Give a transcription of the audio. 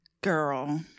girl